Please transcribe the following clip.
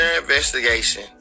investigation